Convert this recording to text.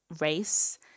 race